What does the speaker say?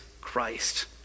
Christ